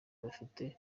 bafite